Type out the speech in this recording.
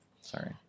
Sorry